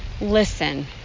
listen